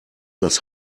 das